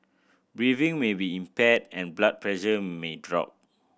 breathing may be impaired and blood pressure may drop